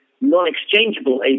non-exchangeable